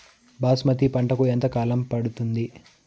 బాస్మతి పంటకు ఎంత కాలం పడుతుంది?